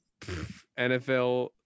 NFL